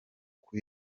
kuko